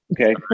Okay